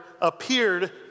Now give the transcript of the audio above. appeared